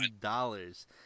dollars